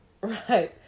Right